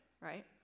right